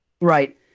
Right